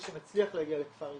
מי שמצליח להגיע לכפר איזון.